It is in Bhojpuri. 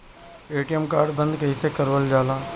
ए.टी.एम कार्ड बन्द कईसे करावल जाला?